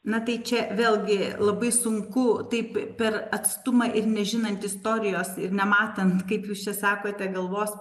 na tai čia vėlgi labai sunku taip per atstumą ir nežinant istorijos ir nematant kaip jūs čia sakote galvos